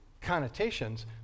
connotations